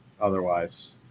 otherwise